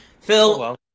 phil